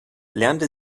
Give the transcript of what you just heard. lernte